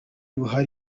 buhuru